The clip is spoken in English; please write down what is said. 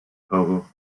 togo